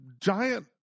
giant